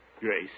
Grace